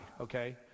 okay